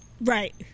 Right